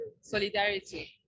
solidarity